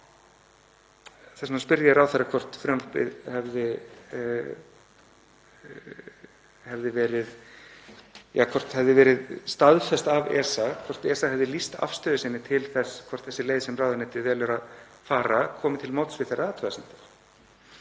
Þess vegna spurði ég ráðherra hvort frumvarpið hefði verið staðfest af ESA, hvort ESA hefði lýst afstöðu sinni til þess hvort þessi leið sem ráðuneytið velur að fara komi til móts við þær athugasemdir.